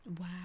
Wow